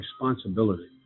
responsibility